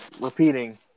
repeating